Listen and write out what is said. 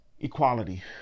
equality